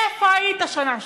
איפה היית שנה שלמה?